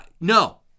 No